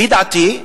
לפי דעתי,